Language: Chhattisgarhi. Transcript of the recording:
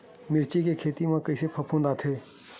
मिर्च के खेती म कइसे फफूंद आथे?